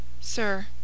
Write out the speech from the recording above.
Sir